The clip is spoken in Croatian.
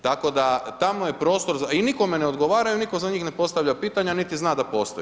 Tako da tamo je prostor i nikome ne odgovaraju, nitko za njih ne postavlja pitanja, niti zna da postoji.